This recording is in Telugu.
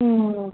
మ్మ్